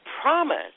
promise